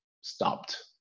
stopped